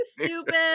stupid